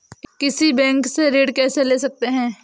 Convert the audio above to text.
किसी बैंक से ऋण कैसे ले सकते हैं?